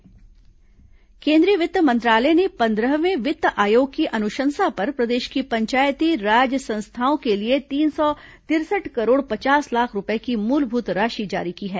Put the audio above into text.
केंद्रीय वित्त मंत्रालय राशि केंद्रीय वित्त मंत्रालय ने पंद्रहवें वित्त आयोग की अनुशंसा पर प्रदेश की पंचायती राज संस्थाओं के लिए तीन सौ तिरसठ करोड़ पचास लाख रूपये की मूलभूत राशि जारी की है